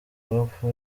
hope